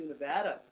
Nevada